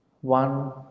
one